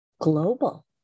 global